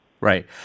Right